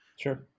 sure